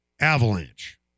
Avalanche